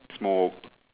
smoke